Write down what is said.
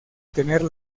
tener